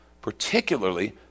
particularly